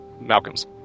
Malcolm's